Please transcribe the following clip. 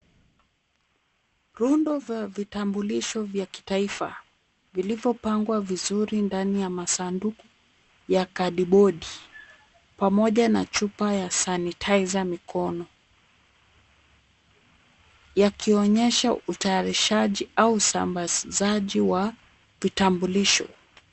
Rundo la vitambulisho vya kitaifa, vilivyopangwa vizuri ndani ya masanduku ya kadibodi pamoja na chupa ya sanitizer mikono yakionyesha utayarishaji au usambazaji wa vitambulisho.